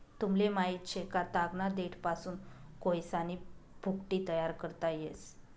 तुमले माहित शे का, तागना देठपासून कोयसानी भुकटी तयार करता येस